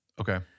Okay